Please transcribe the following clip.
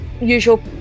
usual